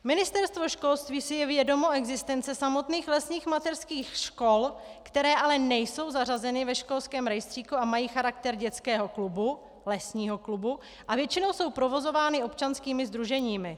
Ministerstvo školství si je vědomo existence samotných lesních mateřských škol, které ale nejsou zařazeny ve školském rejstříku a mají charakter dětského klubu, lesního klubu, a většinou jsou provozovány občanskými sdruženími.